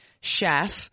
chef